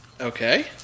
Okay